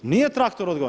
Nije traktor odgovoran.